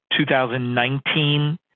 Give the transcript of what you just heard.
2019